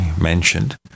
mentioned